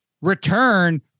return